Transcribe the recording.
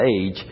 age